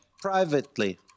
privately